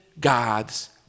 God's